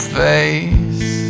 face